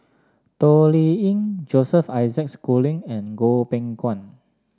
Toh Liying Joseph Isaac Schooling and Goh Beng Kwan